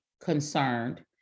concerned